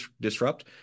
disrupt